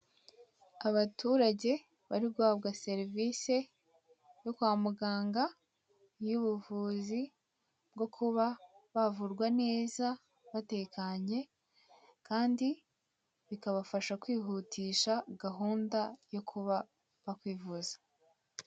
Abaturage bari guhabwa serivise yo kwa muganga y' ubuvuzi bwo kuba bavurwa neza batekanye Kandi bikabafasha kwihutisha gahunda yo kuba bakwivuza.